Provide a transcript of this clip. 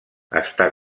està